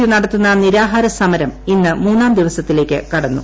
U നടത്തുന്ന നിരാഹാരസമരം ഇന്ന് മൂന്നാം ദിവസത്തിലേയ്ക്ക് കടന്നു